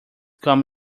come